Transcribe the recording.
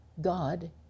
God